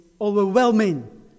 overwhelming